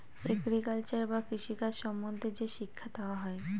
agriculture বা কৃষি কাজ সম্বন্ধে যে শিক্ষা দেওয়া হয়